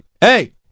hey